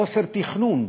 חוסר תכנון.